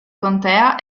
contea